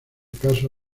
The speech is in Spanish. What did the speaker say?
caso